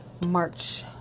March